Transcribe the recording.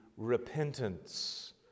Repentance